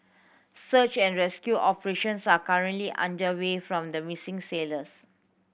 search and rescue operations are currently underway form the missing sailors